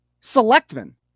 Selectmen